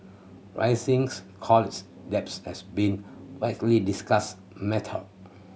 risings college debts has been widely discussed matter